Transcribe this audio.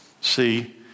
See